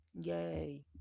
yay